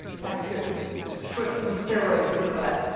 like a schweppes on steroids, you know like,